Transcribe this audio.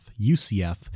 UCF